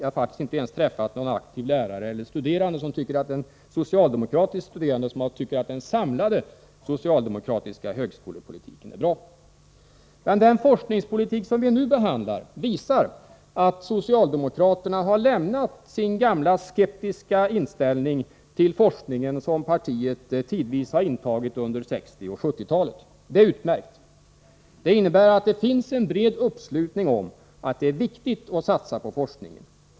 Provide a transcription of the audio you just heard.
Jag har faktiskt inte ens träffat någon aktiv socialdemokratisk lärare 7 juni 1984 eller studerande som tycker att den samlade socialdemokratiska högskolepo litiken är bra. Forskningsoch ut Den forskningsproposition vi nu behandlar visar dock att socialdemokraterna har lämnat sin gamla skeptiska inställning till forskningen som partiet tidvis intog under 1960 och 1970-talen. Det är utmärkt. Det innebär att det finns en bred uppslutning om att det är viktigt att satsa på forskningen.